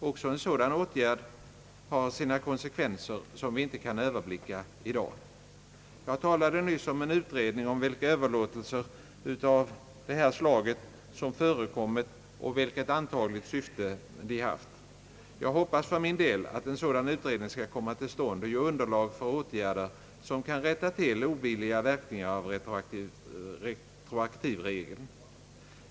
Också en sådan åtgärd har sina konsekvenser som vi inte kan överblicka i dag. Jag talade nyss om en utredning om vilka överlåtelser av nu ifrågavarande slag som förekommit och vilket antagligt syfte de haft. Jag hoppas för min del att en sådan utredning skall komma till stånd och ge underlag för åtgärder som kan rätta till obilliga verkningar av retroaktivregeln.